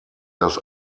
das